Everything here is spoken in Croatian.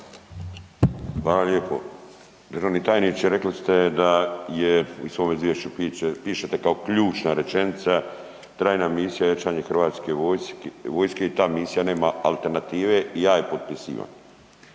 Hvala lijepo. Državni tajniče rekli ste da u ovom izvješću piše kao ključna rečenica trajna misija je jačanje Hrvatske vojske i ta misija nema alternative. Ja ju potpisujem.